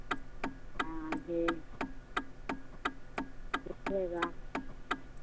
हाँ जी देखिएगा